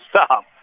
stop